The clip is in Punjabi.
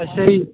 ਅੱਛਾ ਜੀ